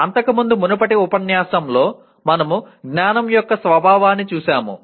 అంతకుముందు మునుపటి ఉపన్యాసం లో మనము జ్ఞానం యొక్క స్వభావాన్ని చూశాము